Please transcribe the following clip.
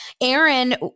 Aaron